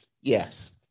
yes